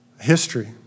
history